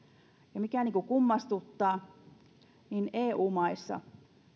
ja mikä kummastuttaa eu maissa